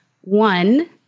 one